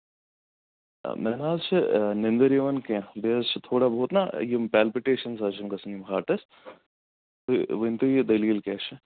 مےٚ نہ حظ چھِ نندٕر یِوان کیٚنٛہہ بیٚیہِ حظ چھِ تھوڑا بہت نہ یِم پیلپِٹیشن حظ چھِم گژھان ہاٹَس تُہۍ ؤنتو یہِ دٔلیل کیاہ چھِ